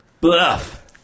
Bluff